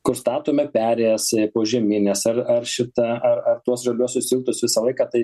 kur statome perėjas požemines ar ar šitą ar ar tuos žaliuosius tiltus visą laiką tai